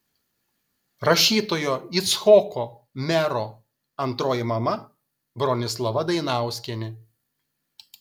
rašytojo icchoko mero antroji mama bronislava dainauskienė